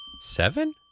Seven